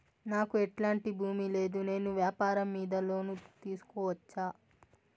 నాకు ఎట్లాంటి భూమి లేదు నేను వ్యాపారం మీద లోను తీసుకోవచ్చా?